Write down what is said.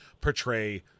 portray